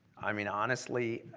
i mean, honestly,